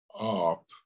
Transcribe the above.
up